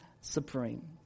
supreme